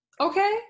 Okay